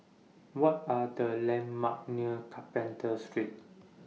What Are The landmarks near Carpenter Street